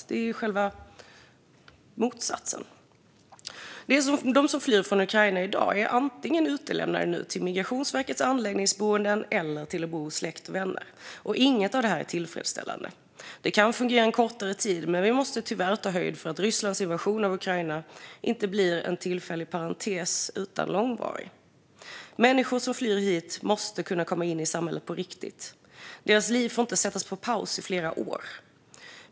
Det är ju motsatsen. De som flyr från Ukraina i dag är nu utlämnade antingen till Migrationsverkets anläggningsboenden eller till att bo hos släkt och vänner. Inget av det är tillfredsställande. Det kan fungera en kort tid, men vi måste tyvärr ta höjd för att Rysslands invasion av Ukraina inte blir en tillfällig parentes utan långvarig. Människor som flyr hit måste kunna komma in i samhället på riktigt. Deras liv får inte sättas på paus i flera år.